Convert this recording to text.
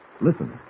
Listen